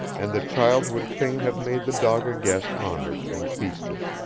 and the child would fain have made the dog a guest honored and feasted.